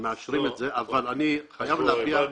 מאשרים את זה, אבל אני חייב --- הבנו.